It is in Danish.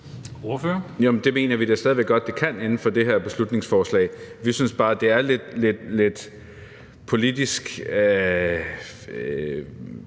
det mener vi da stadig godt det kan inden for det her beslutningsforslag. Vi synes bare, det er lidt politisk,